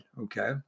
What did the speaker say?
okay